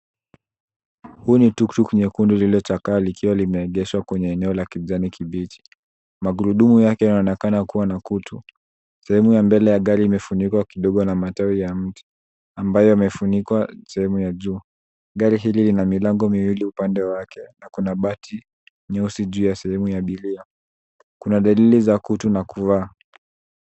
Huu ni tuktuk nyekundu lililochakaa likiwa limeegeshwa kwenye eneo la kijani kibichi. Magurudumu yake yanonekana kuwa na kutu. Sehemu ya mbele ya gari imefunikwa kidogo na matawi ya mti ambayo imefunikwa sehemu ya juu. Gari hili lina milango miwili upande wake kuna bati nyeusi juu ya sehemu ya sehemu ya abiria. Kuna dalili za kutu na kuvaa.